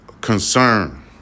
concern